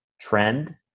trend